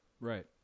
Right